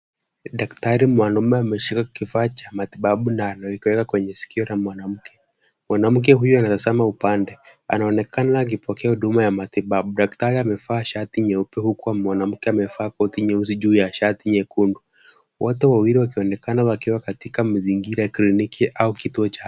Daktari mwanaume ameshika kifaa cha matibabu na anakiweka kwenye skio la mwanamke. Mwanamke huyo anatazama upande. Anaonekana akipokea huduma ya matibabu. Daktari amevaa shati nyeupe huku mwanamke amevaa koti nyeusi juu ya shati nyekundu. Wote wawili wakionekana wakiwa katika mazingira ya kliniki au kituo cha afya.